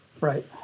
Right